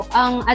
ang